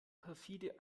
perfide